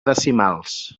decimals